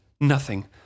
Nothing